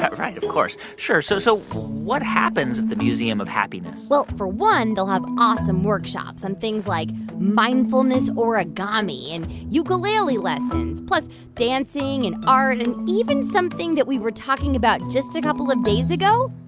right, of course, sure. so so what happens at the museum of happiness? well, for one, they'll have awesome workshops on things like mindfulness, origami and ukulele lessons, plus dancing and art and even something that we were talking about just a couple of days ago,